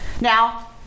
Now